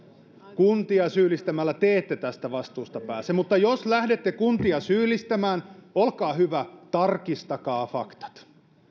kuntia syyllistämällä te ette tästä vastuusta pääse mutta jos lähdette kuntia syyllistämään olkaa hyvä tarkistakaa faktat